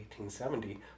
1870